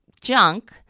junk